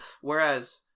Whereas